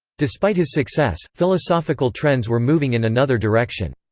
despite his success, philosophical trends were moving in another direction.